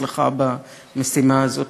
הצלחה במשימה הזאת.